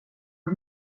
att